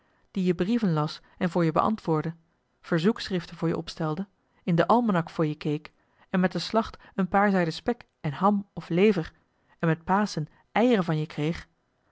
die je brieven las en voor je beantwoordde verzoekschriften voor je opstelde in den almanak voor je keek en met de slacht een paar zijden spek en ham of lever en met paschen eieren van je kreeg